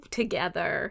together